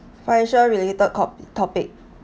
financial related top~ topic